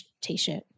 T-shirt